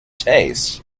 taste